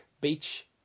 Beach